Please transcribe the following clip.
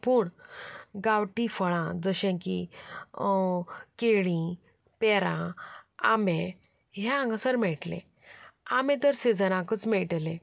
पूण गांवठी फळां जशें की केळीं पेरां आंबे हें हांगासर मेळटलें आंबे तर सिसजनाकूच मेळटले